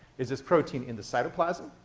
is this protein in the cytoplasm?